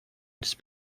this